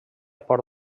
por